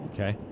Okay